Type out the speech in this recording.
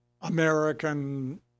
American